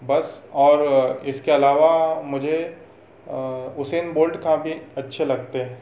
बस और इसके अलावा मुझे उसेन बोल्ट काफ़ी अच्छे लगते हैं